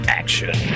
action